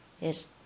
Yes